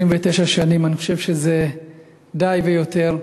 29 שנים אני חושב שזה די ויותר,